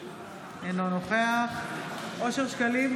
אינו נוכח אושר שקלים,